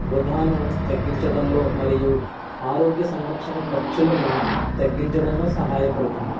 వృధాను తగ్గించడంలో మరియు ఆరోగ్య సంరక్షణ ఖర్చులను తగ్గించడంలో సహాయపడుతుంది